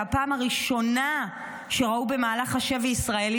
והפעם הראשונה שהם ראו במהלך השבי ישראלי